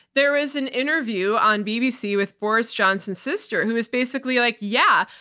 there was an interview on bbc with boris johnson's sister who was basically like yeah,